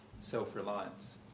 self-reliance